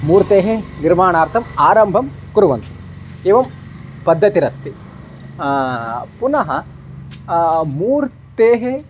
मूर्तेः निर्माणार्थम् आरम्भं कुर्वन्ति एवं पद्धतिरस्ति पुनः मूर्तेः